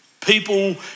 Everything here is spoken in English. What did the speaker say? People